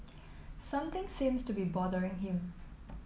something seems to be bothering him